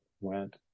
went